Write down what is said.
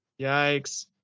Yikes